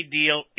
deal